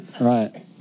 Right